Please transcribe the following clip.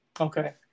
okay